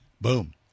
boom